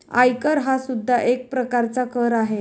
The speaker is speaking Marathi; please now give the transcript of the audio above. आयकर हा सुद्धा एक प्रकारचा कर आहे